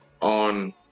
on